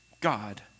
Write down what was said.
God